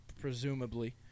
presumably